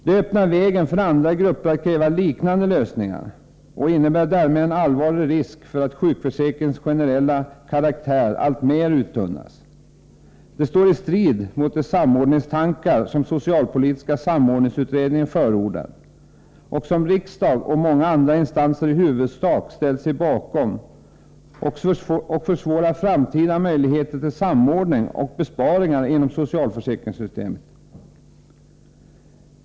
Det öppnar vägen för andra grupper att kräva liknande lösningar och innebär därmed en allvarlig risk för att sjukförsäkringens generella karaktär alltmer uttunnas. Det står i strid mot de samordningstankar som socialpolitiska samordningsutredningen förordat och som riksdagen och många andra instanser i huvudsak ställt sig bakom, och det försvårar framtida möjligheter till samordning och besparingar inom socialförsäkringssystemet.